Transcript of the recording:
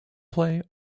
play